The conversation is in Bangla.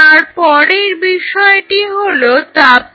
তারপরের বিষয়টি হলো তাপমাত্রা